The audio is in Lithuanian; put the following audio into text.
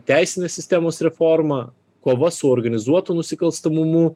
teisinės sistemos reformą kova su organizuotu nusikalstamumu